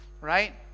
Right